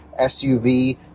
suv